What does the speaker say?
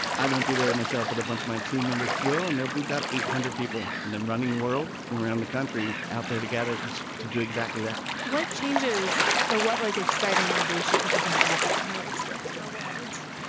i won't be there myself, but a bunch my team members will and there'll be about eight hundred people in them running world from around the country out there together to to do exactly that what changes or what like exciting innovations have been happening in the race director world?